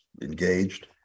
engaged